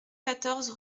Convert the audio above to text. quatorze